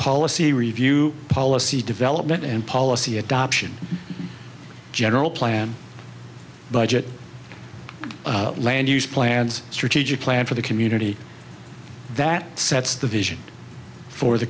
policy review policy development and policy adoption general plan budget land use plans strategic plan for the community that sets the vision for the